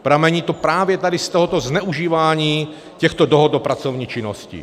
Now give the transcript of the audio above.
Pramení právě tady z tohoto zneužívání těchto dohod o pracovní činnosti.